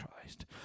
Christ